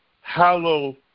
hallow